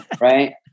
right